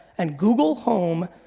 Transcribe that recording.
and google home,